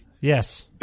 Yes